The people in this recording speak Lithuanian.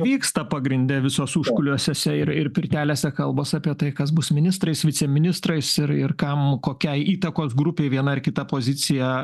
vyksta pagrinde visos užkulisiuose ir ir pirtelėse kalbos apie tai kas bus ministrais viceministrais ir ir kam kokiai įtakos grupei viena ar kita pozicija